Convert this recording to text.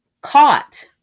caught